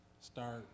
start